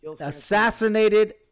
assassinated